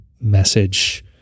message